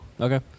Okay